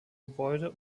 gebäude